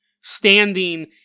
standing